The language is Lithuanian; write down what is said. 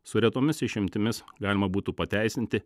su retomis išimtimis galima būtų pateisinti